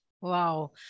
wow